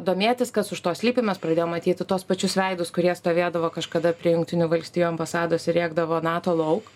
domėtis kas už to slypi mes pradėjom matyti tuos pačius veidus kurie stovėdavo kažkada prie jungtinių valstijų ambasados ir rėkdavo nato lauk